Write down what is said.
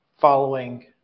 following